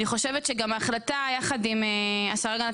אני חושבת שגם ההחלטה יחד עם השרה להגנת